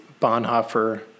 Bonhoeffer